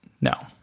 no